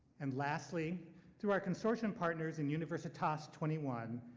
and lastly through our consortium partners in universitas twenty one,